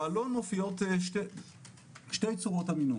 בעלון מופיעות שתי צורות המינון